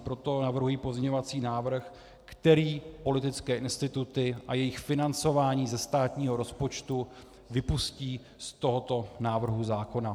Proto navrhuji pozměňovací návrh, který politické instituty a jejich financování ze státního rozpočtu vypustí z tohoto návrhu zákona.